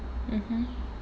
mmhmm